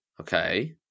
Okay